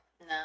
No